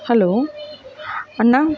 hello Anna